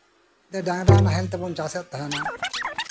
ᱰᱟᱝᱨᱟ ᱱᱟᱦᱮᱞ ᱛᱮᱵᱚᱱ ᱪᱟᱥᱮᱫ ᱛᱟᱸᱦᱮᱱᱟ